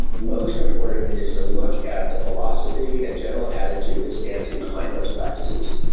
most important is to look at the philosophy and general attitude that stands behind those practices.